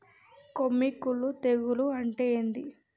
కొమ్మి కుల్లు తెగులు అంటే ఏంది?